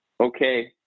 okay